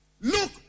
Look